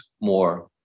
more